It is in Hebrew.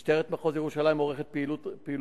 2 3. משטרת מחוז ירושלים עורכת פעילויות